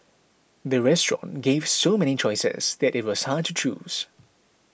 the restaurant gave so many choices that it was hard to choose